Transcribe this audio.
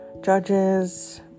Judges